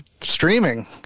streaming